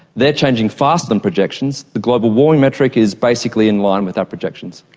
they are changing faster than projections. the global warming metric is basically in line with our projections.